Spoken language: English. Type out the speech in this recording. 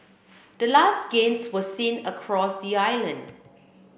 the last gains were seen across the island